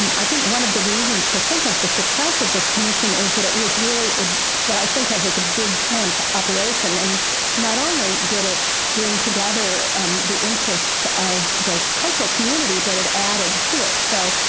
i think one of the reasons to think of the success of this commission is that it was really what i think of as a big tent operation and not only did it bring together the interests of the cultural community but it added to it. so,